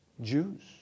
Jews